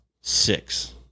six